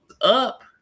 up